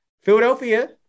Philadelphia